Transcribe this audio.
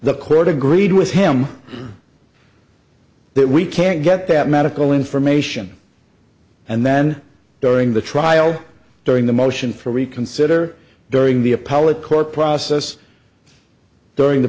the court agreed with him that we can't get that medical information and then during the trial during the motion for reconsider during the appellate court process during the